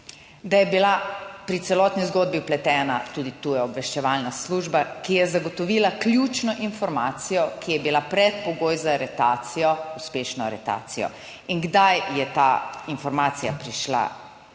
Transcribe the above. da je bila pri celotni zgodbi vpletena tudi tuja obveščevalna služba, ki je zagotovila ključno informacijo, ki je bila predpogoj za aretacijo, uspešno aretacijo. In kdaj je ta informacija prišla